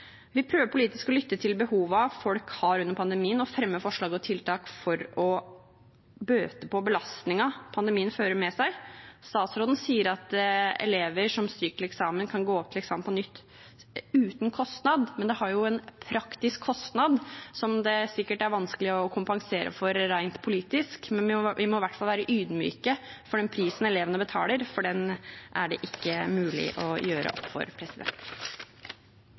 Vi prøver politisk å lytte til behovene folk har under pandemien, og fremme forslag og tiltak for å bøte på belastningen pandemien fører med seg. Statsråden sier at elever som stryker til eksamen, kan gå opp til eksamen på nytt uten kostnad, men det har jo en praktisk kostnad som det sikkert er vanskelig å kompensere for rent politisk. Vi må i hvert fall være ydmyke for den prisen elevene betaler, for den er det ikke mulig å gjøre opp for.